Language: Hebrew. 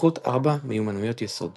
התפתחות ארבע מיומנויות יסוד